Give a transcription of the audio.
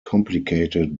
complicated